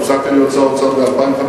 הפסקתי להיות שר אוצר ב-2005.